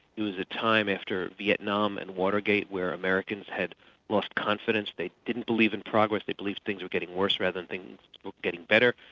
it was a time after vietnam and watergate where americans had lost confidence. they didn't believe in progress, they believed things were getting worse rather than but getting better,